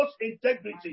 integrity